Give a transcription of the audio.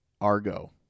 Argo